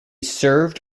served